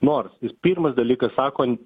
nors jis pirmas dalykas sako